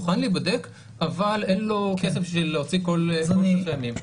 מוכן להיבדק אבל אין לו כסף בשביל להוציא כל שמה ימים,